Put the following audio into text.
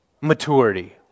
maturity